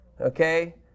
Okay